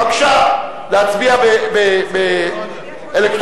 בבקשה, להצביע אלקטרונית.